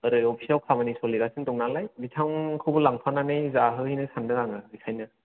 ओरै अफिसाव खामानि सोलिगासिनो दं नालाय बिथांखौबो लांफानानै जाहोहैनो सान्दों आङो ओंखायनो